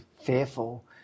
fearful